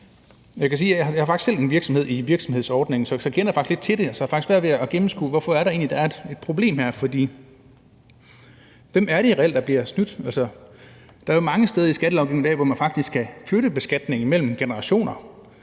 jeg faktisk selv har en virksomhed i virksomhedsordningen, så jeg kender faktisk lidt til det, og jeg har svært ved at gennemskue, hvorfor det egentlig er, at der er et problem her. For hvem er det reelt, der bliver snydt? Der er jo mange steder i skattelovgivningen i dag, hvor man faktisk kan flytte beskatningen mellem generationer,